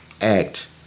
act